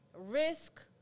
risk